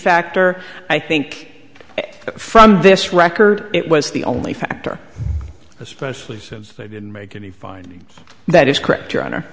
factor i think from this record it was the only factor especially since they didn't make any findings that is correct your honor